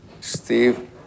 Steve